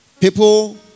People